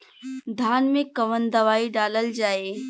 धान मे कवन दवाई डालल जाए?